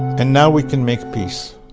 and now we can make peace.